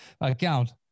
account